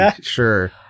sure